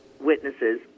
witnesses